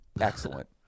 Excellent